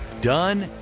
done